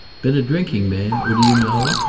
been a drinking man? or do you know?